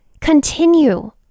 continue